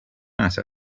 matter